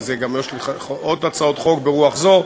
וגם יש עוד הצעות חוק ברוח זו,